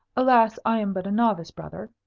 alas, i am but a novice, brother,